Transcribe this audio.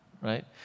right